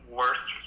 worst